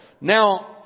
Now